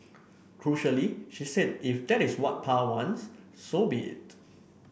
crucially she said If that is what Pa wants so be it